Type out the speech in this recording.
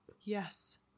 yes